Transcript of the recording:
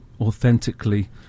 authentically